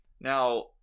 Now